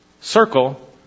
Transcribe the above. circle